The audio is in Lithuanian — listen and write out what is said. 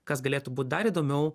kas galėtų būt dar įdomiau